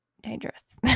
dangerous